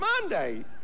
Monday